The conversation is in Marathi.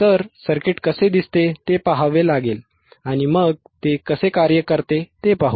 तर सर्किट कसे दिसते ते पहावे लागेल आणि मग ते कसे कार्य करते ते पाहू